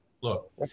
Look